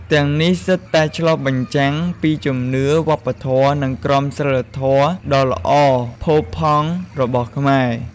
ទាំងនេះសុទ្ធតែឆ្លុះបញ្ចាំងពីជំនឿ វប្បធម៌ និងក្រមសីលធម៌ដ៏ល្អផូរផង់របស់ខ្មែរ។